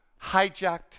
hijacked